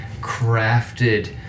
crafted